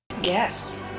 Yes